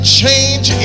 change